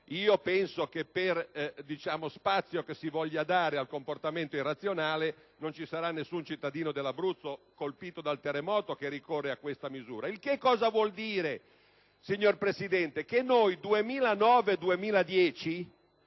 Io penso che per quanto si possa dar spazio al comportamento irrazionale, non ci sarà nessun cittadino dell'Abruzzo colpito dal terremoto che ricorrerà a questa misura. Il che vuol dire, signor Presidente, che nel 2009‑2010